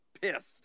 Pissed